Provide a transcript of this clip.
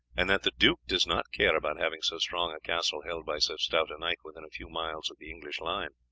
and that the duke does not care about having so strong a castle held by so stout a knight within a few miles of the english line.